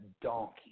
donkey